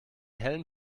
hellen